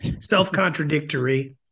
self-contradictory